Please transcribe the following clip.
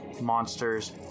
monsters